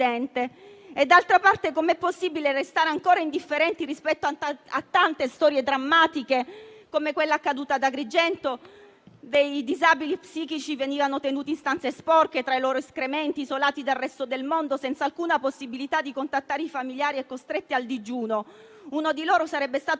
D'altra parte, come è possibile restare ancora indifferenti rispetto a tante storie drammatiche, come quella accaduta ad Agrigento, dove i disabili psichici venivano tenuti in stanze sporche, tra i loro escrementi, isolati dal resto del mondo, senza alcuna possibilità di contattare i familiari e costretti al digiuno? Uno di loro sarebbe stato